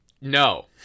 No